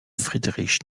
friedrich